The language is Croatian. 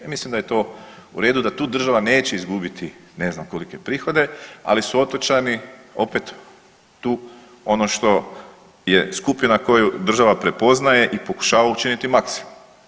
Ja mislim da je to u redu da tu država neće izgubiti ne znam kolike prihode, ali su otočani opet tu ono što je skupina koju država prepoznaje i pokušava učiniti maksimum.